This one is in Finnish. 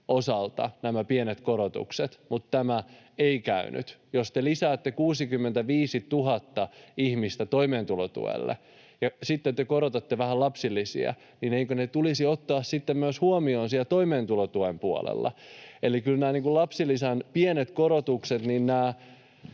osalta, mutta tämä ei käynyt. Jos te lisäätte 65 000 ihmistä toimeentulotuelle ja sitten te korotatte vähän lapsilisiä, niin eikö ne tulisi ottaa sitten huomioon myös siellä toimeentulotuen puolella? Eli kyllä nämä lapsilisän pienet korotukset